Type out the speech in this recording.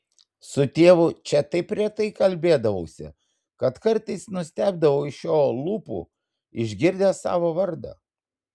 su tėvu čia taip retai kalbėdavausi kad kartais nustebdavau iš jo lūpų išgirdęs savo vardą